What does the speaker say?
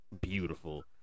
beautiful